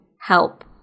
help